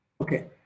okay